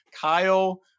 Kyle